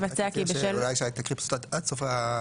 שתקראי עד סוף.